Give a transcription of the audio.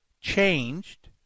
changed